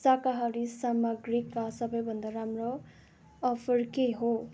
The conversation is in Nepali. शाकाहारी सामाग्रीका सबैभन्दा राम्रो अफर के हो